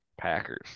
Packers